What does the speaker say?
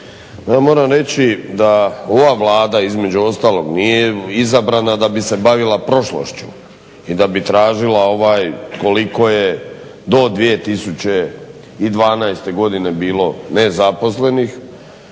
moram reći da ova Vlada između ostalog nije izabrana da bi se bavila prošlošću i da bi tražila koliko je do 2012. godine bilo nezaposlenih,